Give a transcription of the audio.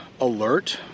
alert